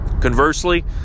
conversely